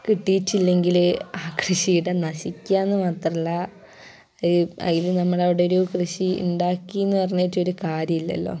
കിട്ടിയിട്ടില്ലെങ്കിൽ ആ കൃഷിയിടം നശിക്കുക എന്ന് മാത്രമല്ല അതിൽ നമ്മുടെ അവിടെ ഒരു കൃഷി ഉണ്ടാക്കി എന്ന് പറഞ്ഞിട്ട് ഒരു കാര്യം ഇല്ലല്ലോ